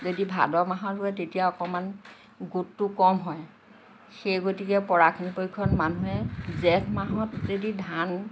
যদি ভাদ মাহত ৰুৱে তেতিয়া অকণমান গোটটো কম হয় সেই গতিকে পৰাখিনি পক্ষত মানুহে জেঠ মাহত যদি ধান